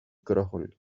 πικρόχολη